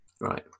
right